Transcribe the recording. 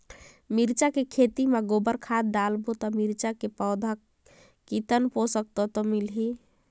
मिरचा के खेती मां गोबर खाद डालबो ता मिरचा के पौधा कितन पोषक तत्व मिलही?